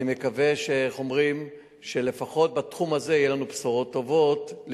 אני מקווה שלפחות בתחום זה יהיו לנו בשורות טובות על